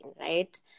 right